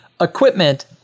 equipment